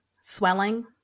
swelling